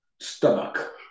stomach